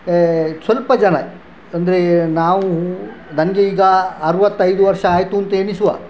ಸ್ವಲ್ಪ ಜನ ಅಂದರೆ ನಾವು ನನಗೆ ಈಗ ಅರವತ್ತೈದು ವರ್ಷ ಆಯಿತು ಅಂತ ಎಣಿಸುವ